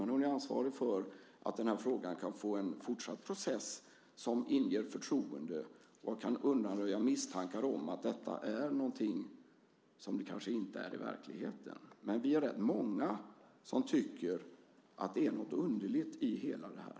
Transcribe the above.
Men hon är ansvarig för att frågan kan få en fortsatt process som inger förtroende och kan undanröja misstankar om att detta är något som det kanske inte är i verkligheten. Vi är rätt många som tycker att det är något underligt i hela det här.